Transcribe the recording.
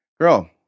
girl